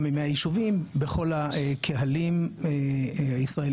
מ-100 ישובים בכל הקהלים הישראלים.